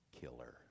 killer